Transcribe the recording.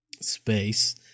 space